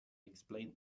explained